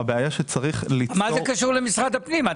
מה זה קשור למשרד הפנים?